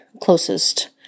closest